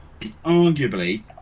arguably